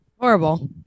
horrible